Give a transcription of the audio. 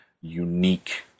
unique